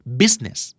business